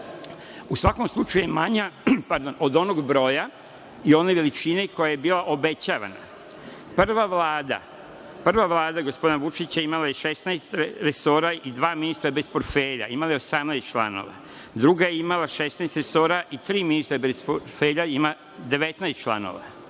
U svakom slučaju je manja od onog broja i one veličine koja je bila obećavana. Prva Vlada gospodina Vučića imala je 16 resora i dva ministra bez portfelja, imala je 18 članova. Druga je imala 16 resora i tri ministra bez portfelja, ima 19 članova.